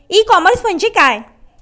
E commerce म्हणजे काय?